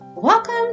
Welcome